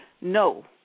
no